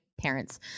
parents